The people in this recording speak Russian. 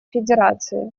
федерации